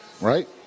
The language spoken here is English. Right